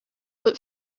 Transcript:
but